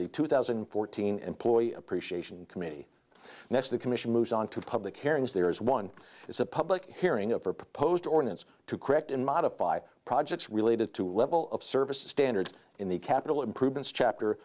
the two thousand and fourteen employee appreciation committee that's the commission moves on to public hearings there is one is a public hearing of her proposed ordinance to correct in modify projects related to level of service standards in the capital improvements chapter